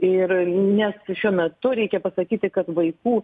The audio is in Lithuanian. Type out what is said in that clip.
ir nes šiuo metu reikia pasakyti kad vaikų